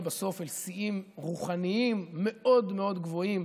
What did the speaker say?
בסוף לשיאים רוחניים מאוד מאוד גבוהים.